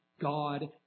God